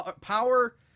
power